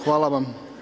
Hvala vam.